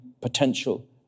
potential